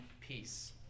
peace